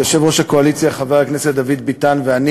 יושב-ראש הקואליציה חבר הכנסת דוד ביטן ואני